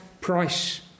price